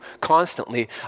constantly